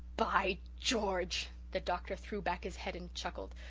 by george, the doctor threw back his head and chuckled,